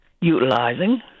utilizing